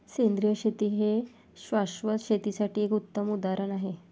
सेंद्रिय शेती हे शाश्वत शेतीसाठी एक उत्तम उदाहरण आहे